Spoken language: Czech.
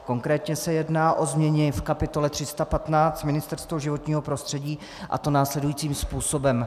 Konkrétně se jedná o změnu v kapitole 315 Ministerstvo životního prostředí, a to následujícím způsobem.